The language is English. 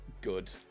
good